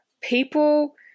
people